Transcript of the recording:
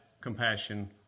compassion